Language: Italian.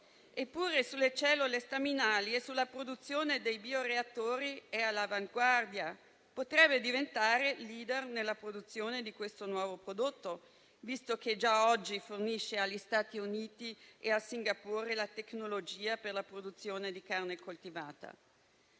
Eppure sulle cellule staminali e sulla produzione dei bioreattori è all'avanguardia e potrebbe diventare *leader* nella produzione di questo nuovo prodotto, visto che già oggi fornisce agli Stati Uniti e a Singapore la tecnologia per la produzione di carne coltivata.